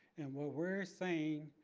what we're saying,